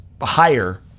higher